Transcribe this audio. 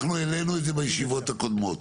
אנחנו העלינו את זה בישיבות הקודמות